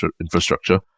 infrastructure